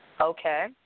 okay